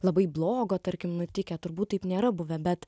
labai blogo tarkim nutikę turbūt taip nėra buvę bet